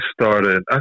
started